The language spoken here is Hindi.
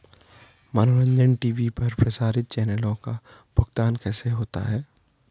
मनोरंजन टी.वी पर प्रसारित चैनलों का भुगतान कैसे होता है?